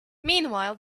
meanwhile